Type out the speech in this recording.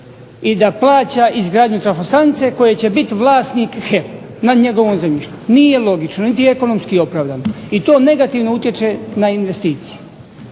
i da plaća izgradnju trafostanice koje će biti vlasnik HEP na njegovom zemljištu. Nije logično, niti je ekonomski opravdano. I to negativno utječe na investicije.